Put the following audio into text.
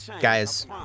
guys